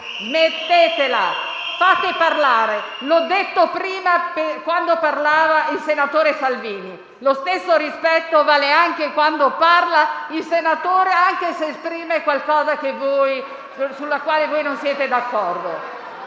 Smettetela, fate parlare! L'ho detto prima, quando parlava il senatore Salvini, e lo stesso rispetto vale anche quando parla il senatore Cioffi, anche se esprime qualcosa sulla quale non siete d'accordo.